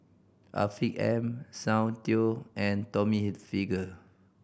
Afiq M Soundteoh and Tommy Hilfiger